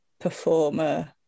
performer